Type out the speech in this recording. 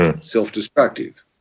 Self-destructive